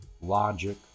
logic